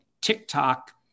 TikTok